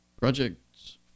Projects